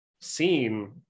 seen